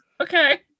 Okay